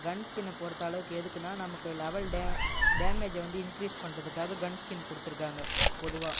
கன்ஸ்கின்னை பொறுத்த அளவுக்கு எதுக்குன்னால் நமக்கு லெவல் டே டேமேஜ்ஜை வந்து இன்க்ரீஸ் பண்றதுக்காக கன்ஸ்கின் கொடுத்திருக்காங்க பொதுவாக